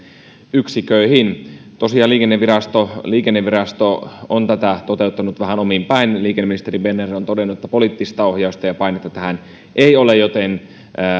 yksiköihin tosiaan liikennevirasto liikennevirasto on tätä toteuttanut vähän omin päin liikenneministeri berner on todennut että poliittista ohjausta ja painetta tähän ei ole joten